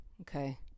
okay